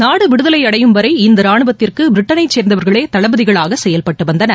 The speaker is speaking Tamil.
நாடு விடுதலை அடையும் வரை இந்த ரானுவத்திற்கு பிரிட்டளை சேர்ந்தவர்களே தளபதிகளாக செயல்பட்டு வந்தனர்